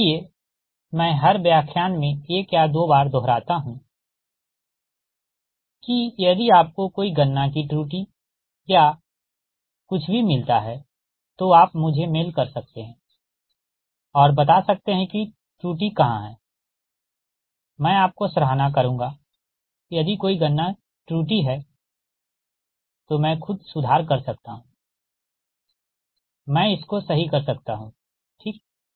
इसलिएमैं हर व्याख्यान में एक या दो बार दोहराता हूँ कि यदि आपको कोई गणना की त्रुटि या कुछ भी मिलता है तो आप मुझे मेल कर सकते हैं और बता सकते है कि त्रुटि कहाँ है मैं आपको सराहना करूँगा यदि कोई गणना त्रुटि है तो मैं खुद सुधार सकता हूँ मैं इसको सही कर सकता हूँ ठीक है